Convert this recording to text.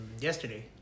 Yesterday